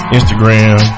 Instagram